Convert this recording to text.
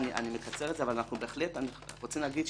אני רוצה לפנות בבקשה לעזרה משפטית.